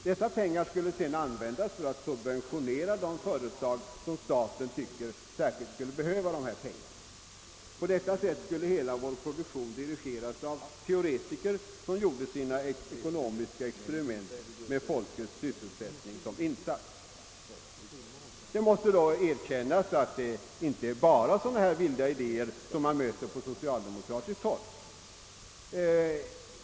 Dessa pengar skulle sedan användas för att subventionera de företag, som enligt statens mening skulle behöva pengarna. På detta sätt skulle hela vår produktion dirigeras av teoretiker, som gjorde sina ekonomiska experiment med folkets sysselsättning som insats. Det måste emellertid erkännas, att det inte bara är sådana här vilda idéer som vi möter på socialdemokratiskt håll.